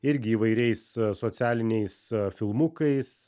irgi įvairiais socialiniais filmukais